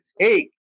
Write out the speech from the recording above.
take